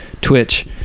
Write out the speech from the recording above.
Twitch